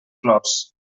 flors